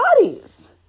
bodies